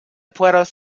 pueros